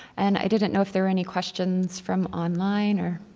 and i didn't know if there were any questions from online or?